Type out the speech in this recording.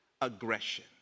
aggression